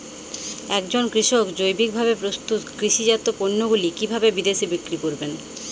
একজন কৃষক জৈবিকভাবে প্রস্তুত কৃষিজাত পণ্যগুলি কিভাবে বিদেশে বিক্রি করবেন?